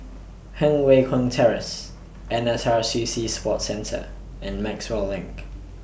Heng Way Keng Terrace N S R C C Sports Centre and Maxwell LINK